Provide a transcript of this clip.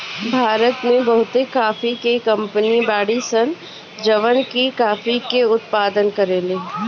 भारत में बहुते काफी के कंपनी बाड़ी सन जवन की काफी के उत्पादन करेली